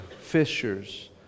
fishers